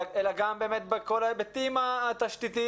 אלא גם באמת בכל ההיבטים התשתיתיים